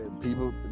people